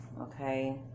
Okay